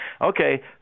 Okay